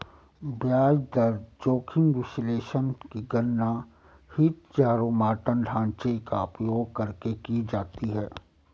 ब्याज दर जोखिम विश्लेषण की गणना हीथजारोमॉर्टन ढांचे का उपयोग करके की जाती है